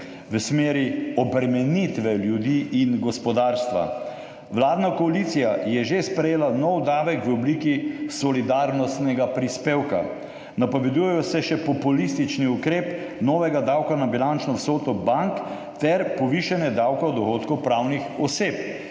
v smeri obremenitve ljudi in gospodarstva. Vladna koalicija je že sprejela nov davek v obliki solidarnostnega prispevka, napovedujeta se še populistični ukrep novega davka na bilančno vsoto bank ter povišanje davka od dohodkov pravnih oseb.